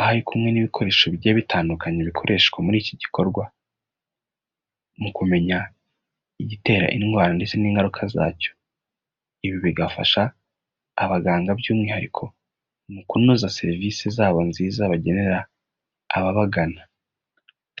ahari kumwe n'ibikoresho bigiye bitandukanye bikoreshwa muri iki gikorwa, mu kumenya igitera indwara ndetse n'ingaruka zacyo, ibi bigafasha abaganga by'umwihariko mu kunoza serivisi zabo nziza bagenera ababagana.